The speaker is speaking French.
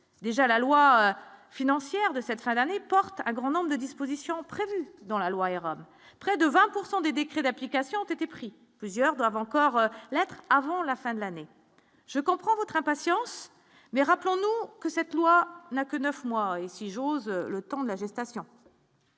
déjà la loi financière de cette fin d'année, porte un grand nombre de dispositions prévues dans la loi, hier près de 20 pourcent des décrets d'application ont été pris plusieurs doivent encore l'être avant la fin de l'année, je comprends votre impatience mais rappelons-nous que cette loi n'a que 9 mois et si j'ose le temps de la gestation.